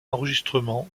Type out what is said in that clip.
enregistrements